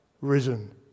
risen